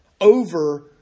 over